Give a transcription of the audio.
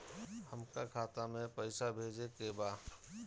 हमका खाता में पइसा भेजे के बा